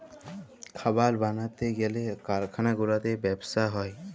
খাবার বালাতে গ্যালে কারখালা গুলাতে ব্যবসা হ্যয়